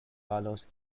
carlos